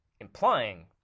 implying